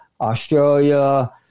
Australia